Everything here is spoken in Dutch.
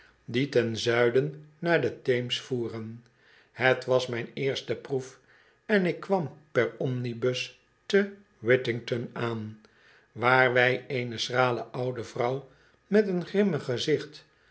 die ten zuiden naar de theems voeren het was mijn eerste proef en ik kwam per omnibus te whittington aan waar wij eene schrale oude vrouw met een grimmig gezicht